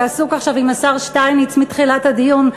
שעסוק עכשיו עם השר שטייניץ מתחילת הדיון,